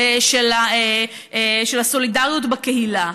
של הסולידריות בקהילה.